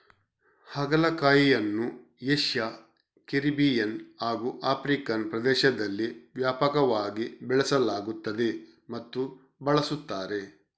ಹಾಗಲಕಾಯಿಯನ್ನು Asia, Caribbean ಹಾಗೂ African ಪ್ರದೇಶದಲ್ಲಿ ವ್ಯಾಪಕವಾಗಿ ಬೆಳೆಸಲಾಗುತ್ತದೆ ಮತ್ತು ಬಳಸುತ್ತಾರೆ